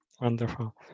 Wonderful